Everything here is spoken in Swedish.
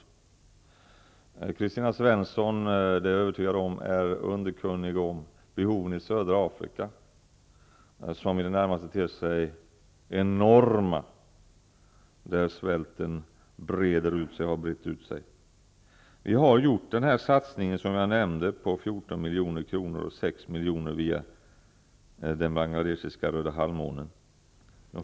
Jag är övertygad om att Kristina Svensson är underkunnig om behoven i södra Afrika, som i det närmaste ter sig enorma där svälten breder ut sig och har brett ut sig. Vi har gjort den satsning jag nämnde på 14 milj.kr. Röda halvmånen.